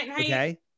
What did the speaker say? Okay